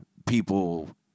people